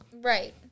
Right